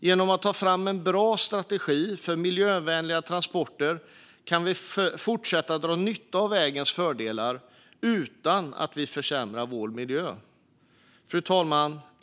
Genom att ta fram en bra strategi för miljövänliga transporter kan vi fortsätta att dra nytta av vägens fördelar utan att vi försämrar vår miljö. Fru talman!